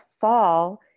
fall